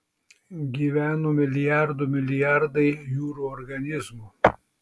gyveno milijardų milijardai jūrų organizmų